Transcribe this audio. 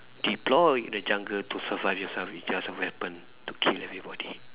deploy the jungle to survive yourself with just a weapon to kill everybody